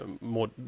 more